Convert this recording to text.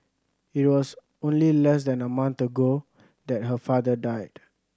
it was only less than a month ago that her father died